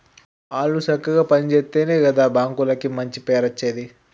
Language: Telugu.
ఆళ్లు సక్కగ పని జేత్తెనే గదా బాంకులకు మంచి పేరచ్చేది